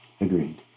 Agreed